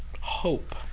hope